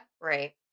right